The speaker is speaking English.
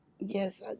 yes